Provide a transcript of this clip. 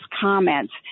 comments